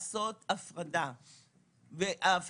את רוצה לקבוע מה מעסיק יוכל לעשות ומה הוא לא יוכל לעשות.